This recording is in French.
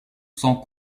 sans